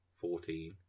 fourteen